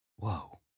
Whoa